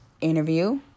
interview